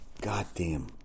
Goddamn